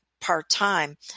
part-time